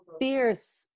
fierce